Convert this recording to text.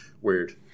weird